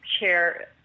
chair